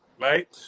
right